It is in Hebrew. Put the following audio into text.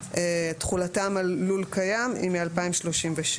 תחולתם על לול קיים היא מ-20137.